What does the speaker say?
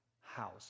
house